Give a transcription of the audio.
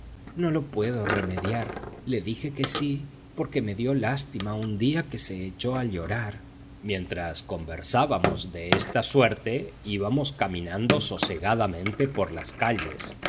no lo puedo remediar le dije que sí porque me dio lástima un día que se echó a llorar mientras conversábamos de esta suerte íbamos caminando sosegadamente por las calles